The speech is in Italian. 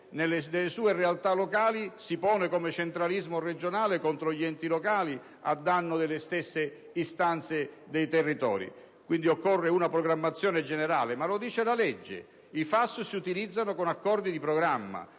nelle sue realtà locali, si pone come centralismo regionale contro gli enti locali, a danno delle stesse istanze dei territori. Dunque, occorre una programmazione generale. Del resto, lo prevede la legge: i fondi FAS si utilizzano con accordi di programma.